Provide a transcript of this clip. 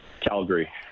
Calgary